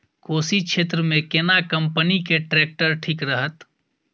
कोशी क्षेत्र मे केना कंपनी के ट्रैक्टर ठीक रहत?